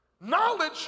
Knowledge